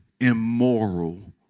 immoral